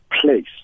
place